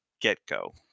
get-go